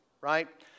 right